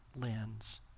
lens